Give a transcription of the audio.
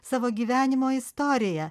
savo gyvenimo istoriją